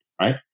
right